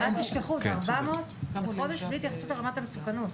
אל תשכחו, אלה 400 בלי קשר לרמת המסוכנות.